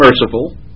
merciful